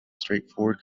straightforward